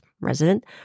resident